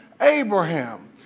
Abraham